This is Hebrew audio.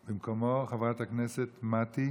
במקומו, חברת הכנסת מטי